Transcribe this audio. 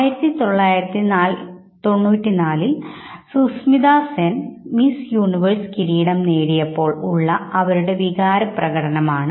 1994 ൽ Sushmita Sen Miss Universe കിരീടം നേടിയപ്പോൾ ഉള്ള അവരുടെ വികാരങ്ങളുടെ പ്രകടനമാണ്